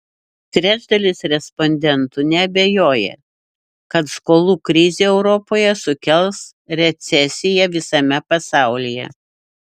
trečdalis respondentų neabejoja kad skolų krizė europoje sukels recesiją visame pasaulyje